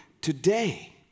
today